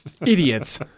Idiots